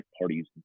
parties